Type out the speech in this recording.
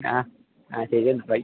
ആ ആ ശെരിയെന്ന ബൈ